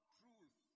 truth